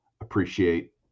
appreciate